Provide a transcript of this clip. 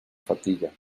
fatiga